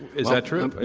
is that true?